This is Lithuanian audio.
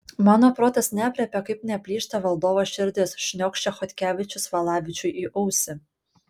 mano protas neaprėpia kaip neplyšta valdovo širdis šniokščia chodkevičius valavičiui į ausį